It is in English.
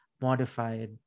modified